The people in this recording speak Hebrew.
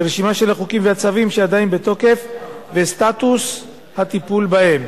ורשימה של החוקים והצווים שעדיין בתוקף וסטטוס הטיפול בהם.